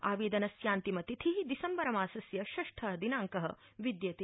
आवेदनस्यान्तिमतिथि दिसम्बरमासस्य षष्ठ दिनांक विद्यते